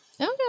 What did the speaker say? Okay